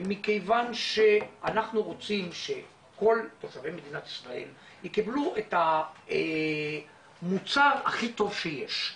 מכיוון שאנחנו רוצים שכל תושבי מדינת ישראל יקבלו את המוצר הכי טוב שיש.